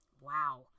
Wow